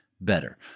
better